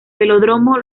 velódromo